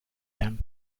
them